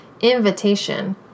invitation